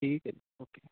ਠੀਕ ਹੈ ਜੀ ਓਕੇ